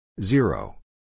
zero